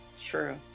True